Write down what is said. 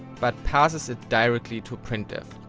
but passes it directly to printf.